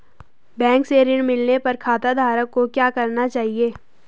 Bank से ऋण मिलने पर खाताधारक को क्या करना चाहिए?